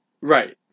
Right